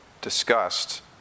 discussed